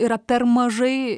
yra per mažai